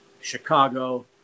Chicago